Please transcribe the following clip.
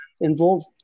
involved